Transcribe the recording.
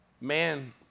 man